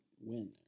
win